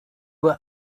were